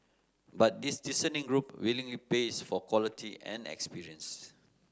but this discerning group willingly pays for quality and experience